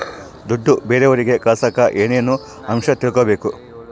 ದುಡ್ಡು ಬೇರೆಯವರಿಗೆ ಕಳಸಾಕ ಏನೇನು ಅಂಶ ತಿಳಕಬೇಕು?